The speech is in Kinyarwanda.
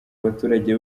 abaturage